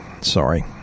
Sorry